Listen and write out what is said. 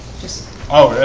just oh that's